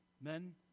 Men